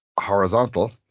horizontal